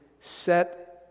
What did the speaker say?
set